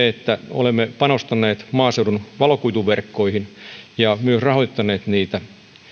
että olemme panostaneet maaseudun valokuituverkkoihin ja rahoittaneet niitä